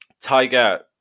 Tiger